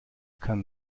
kann